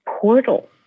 portal